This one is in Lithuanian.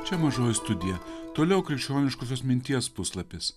čia mažoji studija toliau krikščioniškosios minties puslapis